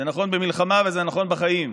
זה נכון במלחמה וזה נכון בחיים.